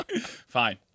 Fine